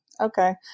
Okay